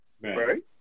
right